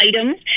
items